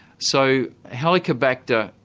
so helicobacter,